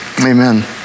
Amen